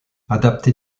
adapté